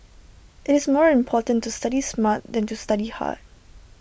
IT is more important to study smart than to study hard